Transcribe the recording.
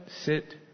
sit